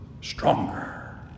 stronger